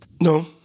No